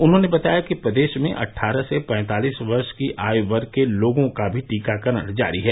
उन्होंने बताया कि प्रदेश में अट्ठारह से पैंतालीस वर्ष की आयु वर्ग के लोगों का भी टीकाकरण जारी है